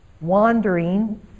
wandering